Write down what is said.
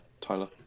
Tyler